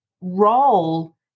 role